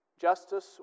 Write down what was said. Justice